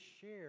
share